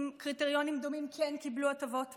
קריטריונים דומים כן קיבלו הטבות מס,